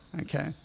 okay